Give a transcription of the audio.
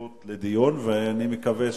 והבריאות נתקבלה.